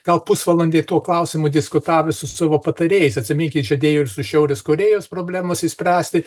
gal pusvalandį tuo klausimu diskutavo su savo patarėjais atsiminkit žadėjo ir su šiaurės korėjos problemos išspręsti